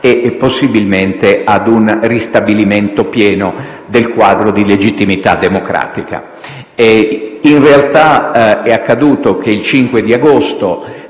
e possibilmente a un ristabilimento pieno del quadro di legittimità democratica. In realtà, è accaduto che, il 5 agosto